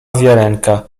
wiarenka